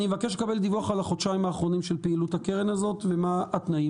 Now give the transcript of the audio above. דיווח על החודשיים האחרונים של פעילות הקרן הזאת ומה התנאים.